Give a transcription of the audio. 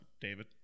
David